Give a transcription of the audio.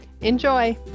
Enjoy